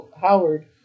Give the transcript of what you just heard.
Howard